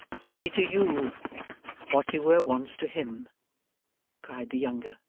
to be to you what you were once to him cried the younger,